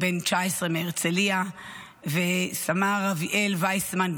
בן 19 מהרצליה וסמ"ר אביאל וויסמן,